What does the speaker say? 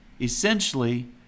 Essentially